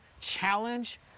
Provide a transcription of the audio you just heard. challenge